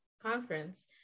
conference